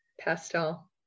Pastel